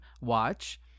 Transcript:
watch